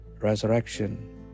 resurrection